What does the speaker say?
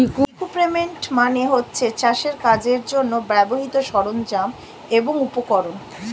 equipment মানে হচ্ছে চাষের কাজের জন্যে ব্যবহৃত সরঞ্জাম এবং উপকরণ